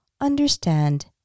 understand